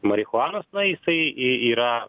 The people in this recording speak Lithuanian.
marihuanos na jisai i yra